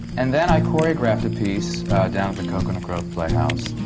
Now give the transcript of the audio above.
and then i choreographed a piece down at the coconut grove playhouse.